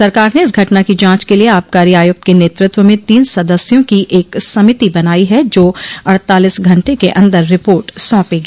सरकार ने इस घटना की जांच के लिए आबकारी आयुक्त के नेतृत्व में तीन सदस्यों की एक समिति बनाई है जो अड़तालीस घंटे के अंदर रिपोर्ट सौंपेगी